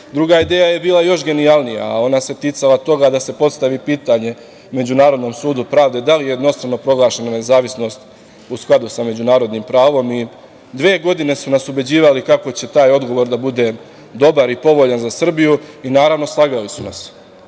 ideja je bila još genijalnija, a ona se ticala toga da se postavi pitanje Međunarodnom sudu pravde – da li jednostrano proglašena nezavisnost u skladu sa međunarodnim pravom. Dve godine su nas ubeđivali kako će taj odgovor da bude dobar i povoljan za Srbiju. Naravno, slagali su